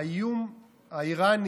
האיום האיראני